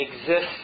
exists